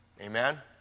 Amen